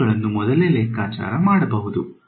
ಇವುಗಳನ್ನು ಮೊದಲೇ ಲೆಕ್ಕಾಚಾರ ಮಾಡಬಹುದು